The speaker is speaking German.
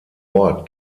ort